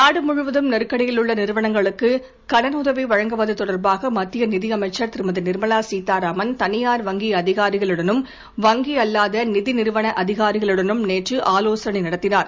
நாடு முழுவதும் நெருக்கடியிலுள்ள நிறுவனங்களுக்குக் கடனுதவி வழங்குவது தொடர்பாக மத்திய நிதியமைச்சர் திருமதி நிர்மலா சீதாராமன் தனியார் வங்கி அதிகாரிகளுடனும் வங்கி அல்லாத நிதி நிறுவன அதிகாரிகளுடனும் நேற்று ஆலோசனை நடத்தினார்